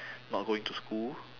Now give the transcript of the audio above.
not going to school